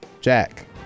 Jack